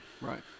right